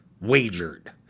wagered